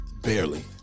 Barely